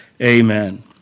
Amen